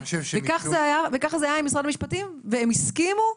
כך זה היה עם משרד המשפטים והם הסכימו,